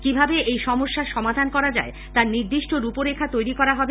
কিভাবে এই সমস্যার সমাধান করা যায় তার নির্দিষ্ট রূপরেখা তৈরি করা হবে